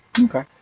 Okay